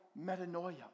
metanoia